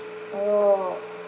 oh